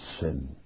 sin